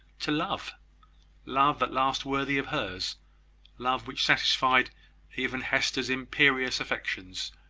to love love at last worthy of hers love which satisfied even hester's imperious affections,